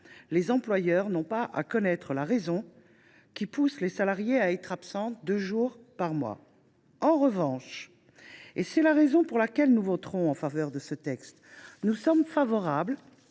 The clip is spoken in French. Les employeurs n’ont pas à connaître la raison pour laquelle leurs employées sont absentes deux jours par mois. En revanche, et c’est la raison pour laquelle nous voterons ce texte, nous sommes favorables